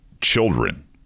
children